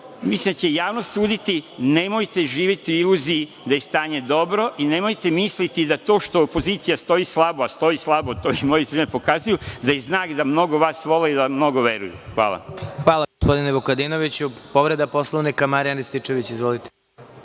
Mislim da će javnost suditi, nemojte živeti u iluziji da je stanje dobro i nemojte misliti da to što opozicija stoji slabo, a stoji slabo, to i moji pokazuju da je znak da mnogo vas vole i da vam mnogo veruju. Hvala. **Vladimir Marinković** Hvala, gospodine Vukadinoviću. Povreda Poslovnika, Marijan Rističević. Izvolite.